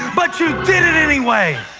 but you did it anyway.